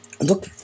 look